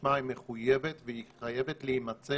משמע היא מחויבת והיא חייבת להימצא